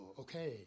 okay